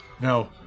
Now